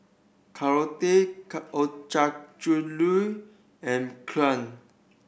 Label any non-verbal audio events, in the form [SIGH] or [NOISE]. Korokke [UNINTELLIGIBLE] Ochazuke and Kheer